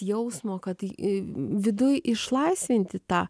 jausmo kad į viduj išlaisvinti tą